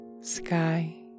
sky